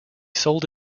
sold